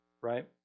right